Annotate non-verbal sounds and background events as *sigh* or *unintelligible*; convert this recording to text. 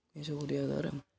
*unintelligible*